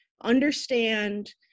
understand